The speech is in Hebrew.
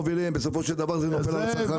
בסופו של דבר זה נופל על הצרכנים.